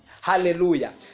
Hallelujah